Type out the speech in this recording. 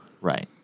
Right